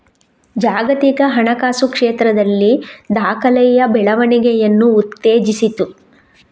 ಜಾಗತಿಕ ಹಣಕಾಸು ಕ್ಷೇತ್ರದಲ್ಲಿ ದಾಖಲೆಯ ಬೆಳವಣಿಗೆಯನ್ನು ಉತ್ತೇಜಿಸಿತು